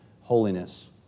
holiness